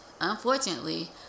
unfortunately